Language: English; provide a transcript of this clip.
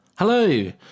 Hello